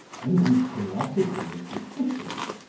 when one's curiosity is deficient,